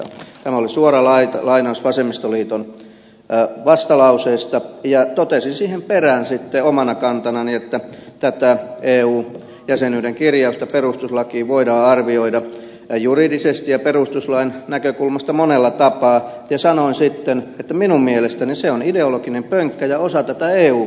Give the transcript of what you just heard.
tämä oli suora lainaus vasemmistoliiton vastalauseesta ja totesin siihen perään sitten omana kantanani että tätä eu jäsenyyden kirjausta perustuslakiin voidaan arvioida juridisesti ja perustuslain näkökulmasta monella tapaa ja sanoin sitten että minun mielestäni se on ideologinen pönkkä ja osa tätä eu vyörytystä